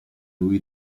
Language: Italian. lui